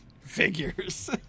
figures